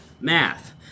math